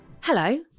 Hello